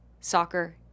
soccer